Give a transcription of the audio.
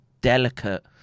delicate